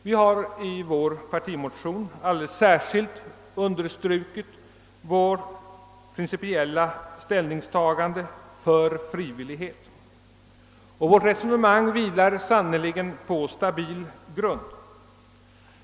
Vi har i vår partimotion alldeles särskilt understrukit vårt principiella ställningstagande för frivillighet, och vårt resonemang vilar sannerligen på stabil grund.